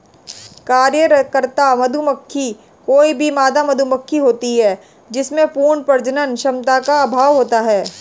कार्यकर्ता मधुमक्खी कोई भी मादा मधुमक्खी होती है जिसमें पूर्ण प्रजनन क्षमता का अभाव होता है